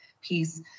piece